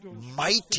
mighty